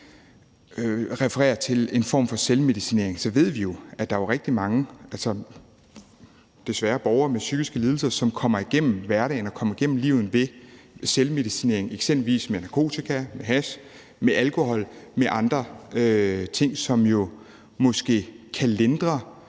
refererer til en form for selvmedicinering, så ved vi jo, at der desværre er rigtig mange borgere med psykiske lidelser, som kommer igennem hverdagen og kommer igennem livet ved selvmedicinering, eksempelvis med narkotika, med hash, med alkohol, med andre ting, som jo måske kan lindre